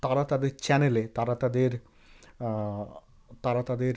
তারা তাদের চ্যানেলে তারা তাদের তারা তাদের